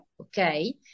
okay